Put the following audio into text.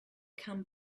come